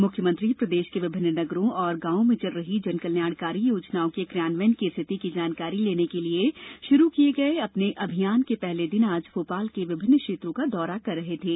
मुख्यमंत्री प्रदेश के विभिन्न नगरों और ग्रामों में चल रही जनकल्याणकारी योजनाओं के क्रियान्वयन की स्थिति की जानकारी लेने के लिये शुरू किये गए अपने अभियान के पहले दिन आज भोपाल के विभिन्न क्षेत्रों का दौरा कर रहे थे